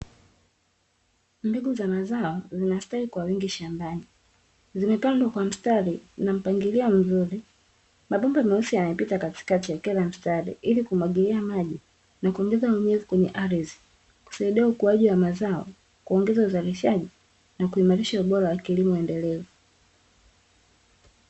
Mbegu za mazao zinastawi kwa wingi shambani, zimepandwa kwa mstari na mpangilio mzuri. Mabomba meusi yamepita katikati ya kila mstari ili kumwagilia maji na kuongeza unyevu kwenye ardhi, kusaidia ukuaji wa mazao, kuongeza uzalishaji na kuimarisha ubora wa kilimo endelevu.